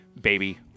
baby